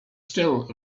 still